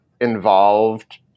involved